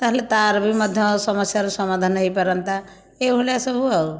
ତାହେଲେ ତା ର ବି ମଧ୍ୟ ସମସ୍ୟାର ସମାଧାନ ହେଇପାରନ୍ତା ଏହିଭଳିଆ ସବୁ ଆଉ